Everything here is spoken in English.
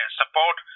support